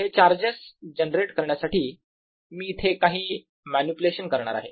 हे charges generate करण्यासाठी मी इथे काही मॅनिप्युलेशन करणार आहे